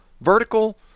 Vertical